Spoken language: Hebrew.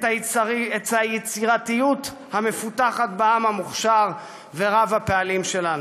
את היצירתיות המפותחת בעם המוכשר ורב-הפעלים שלנו.